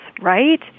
right